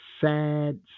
sad